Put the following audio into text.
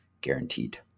guaranteed